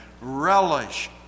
relish